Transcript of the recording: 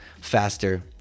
faster